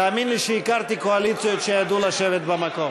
תאמין לי שהכרתי קואליציות שידעו לשבת במקום.